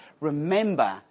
Remember